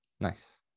Nice